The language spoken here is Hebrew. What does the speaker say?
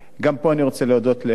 גם פה אני רוצה להודות לך,